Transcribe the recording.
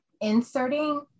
inserting